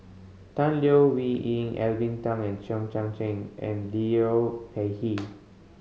Tan Leo Wee Hin Alvin Tan Cheong Kheng and Liu Peihe